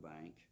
bank